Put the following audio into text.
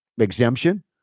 exemption